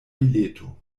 bileto